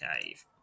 cave